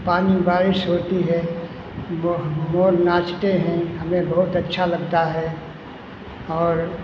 पानी बारिश होती है मोह मोर नाचते हैं हमें बहुत अच्छा लगता है और